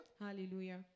Hallelujah